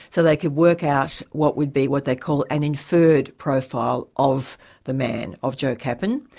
so they could work out what would be, what they call, an inferred profile of the man, of joe kappen.